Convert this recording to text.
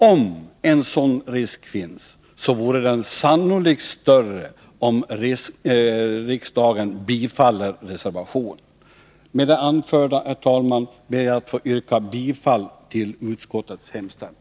Om en sådan risk finns, vore den sannolikt större om riksdagen skulle bifalla reservationen. Med det anförda, herr talman, ber jag att få yrka bifall till utskottets hemställan.